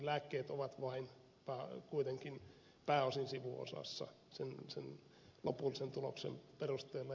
lääkkeet ovat kuitenkin vain pääosin sivuosassa sen lopullisen tuloksen perusteella